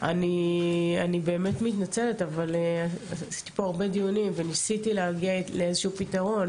אני באמת מתנצלת אבל עשיתי פה הרבה דיונים וניסיתי להגיע לאיזשהו פתרון,